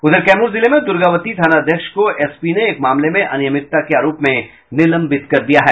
उधर कैमूर जिले में दुर्गावती थानाध्यक्ष को एसपी ने एक मामले में अनियमितता के आरोप में निलंबित कर दिया है